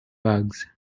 bugs